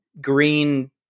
green